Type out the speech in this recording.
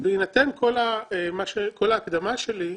בהינתן כל ההקדמה שלי,